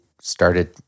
started